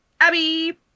Abby